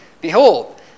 Behold